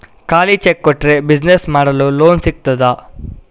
ಖಾಲಿ ಚೆಕ್ ಕೊಟ್ರೆ ಬಿಸಿನೆಸ್ ಮಾಡಲು ಲೋನ್ ಸಿಗ್ತದಾ?